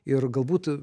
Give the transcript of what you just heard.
ir galbūt